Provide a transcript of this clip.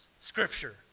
scripture